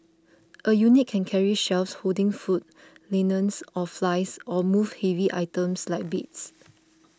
a unit can carry shelves holding food linens or files or move heavy items like beds